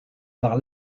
par